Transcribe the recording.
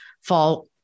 fall